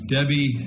Debbie